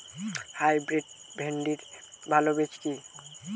Hybrid ভিন্ডির ভালো বীজ কি?